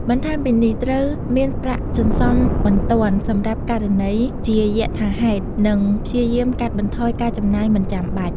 បន្ថែមពីនេះ ត្រូវមានប្រាក់សន្សំបន្ទាន់សម្រាប់ករណីជាយថាហេតុនិងព្យាយាមកាត់បន្ថយការចំណាយមិនចាំបាច់។